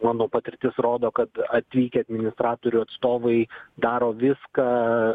mano patirtis rodo kad atvykę administratorių atstovai daro viską